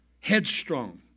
headstrong